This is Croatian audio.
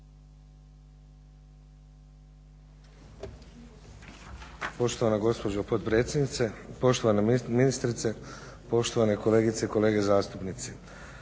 Poštovana gospođo potpredsjednice, poštovana ministrice, poštovane kolegice i kolege zastupnici.